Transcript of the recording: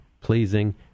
pleasing